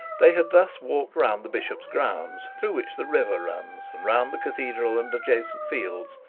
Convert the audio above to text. they had thus walked round the bishop's grounds, through which the river runs, and round the cathedral and adjacent fields,